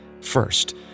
First